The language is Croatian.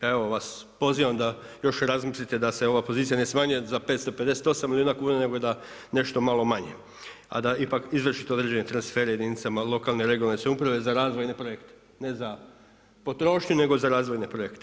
Evo vas pozivam da još razmislite da se ova pozicija ne smanjuje za 558 milijuna kuna nego da nešto malo manje a da ipak izvršite određene transfere jedinicama lokalne i regionalne samouprave za razvojne projekte, ne za potrošnju nego za razvojne projekte.